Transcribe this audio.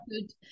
good